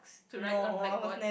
to write on blackboards